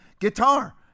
Guitar